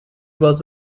was